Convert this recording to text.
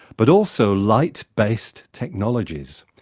but also light-based technologies.